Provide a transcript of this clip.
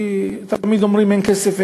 כי תמיד אומרים: אין כסף,